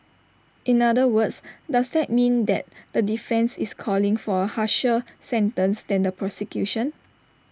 in other words does that mean that the defence is calling for A harsher sentence than the prosecution